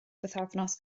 bythefnos